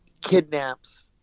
kidnaps